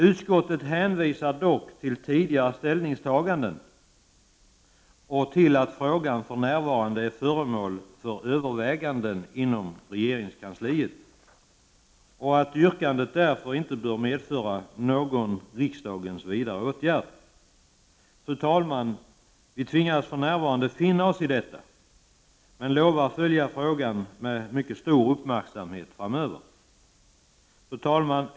Utskottet hänvisar dock till tidigare ställningstaganden och till att frågan för närvarande är föremål för överväganden inom regeringskansliet och menar att yrkandet därför inte bör medföra någon riksdagens vidare åtgärd. Vi tvingas för närvarande att finna oss i detta, men lovar att följa frågan med mycket stor uppmärksamhet även framöver. Fru talman!